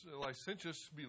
licentious